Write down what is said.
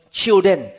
children